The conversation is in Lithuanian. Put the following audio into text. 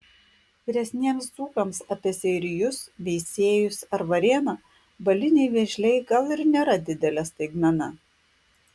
vyresniems dzūkams apie seirijus veisiejus ar varėną baliniai vėžliai gal ir nėra didelė staigmena